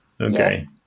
Okay